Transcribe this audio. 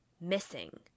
Missing